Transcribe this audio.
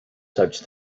such